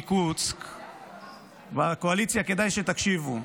מקוצק, קואליציה, כדאי שתקשיבו.